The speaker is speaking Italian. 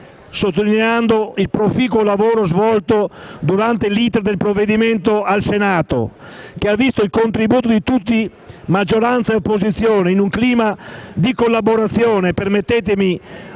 sottolineando il proficuo lavoro svolto durante l'*iter* del provvedimento al Senato che ha visto il contributo di tutti, maggioranza e opposizione, in un clima di collaborazione -